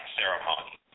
ceremony